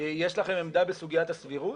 יש לכם עמדה בסוגיית הסבירות?